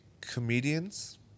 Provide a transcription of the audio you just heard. comedians